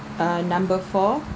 ah number four